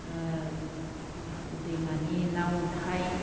दैमानि ना अनथाइ